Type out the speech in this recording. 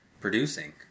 producing